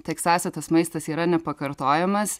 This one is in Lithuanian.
teksase tas maistas yra nepakartojamas